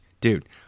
dude